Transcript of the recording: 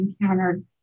encountered